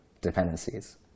dependencies